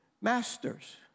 masters